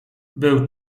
był